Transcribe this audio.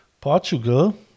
Portugal